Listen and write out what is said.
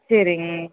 சேரிங்க